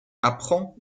apprend